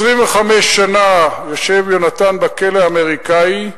25 שנה יושב יונתן בכלא האמריקני,